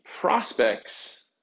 prospect's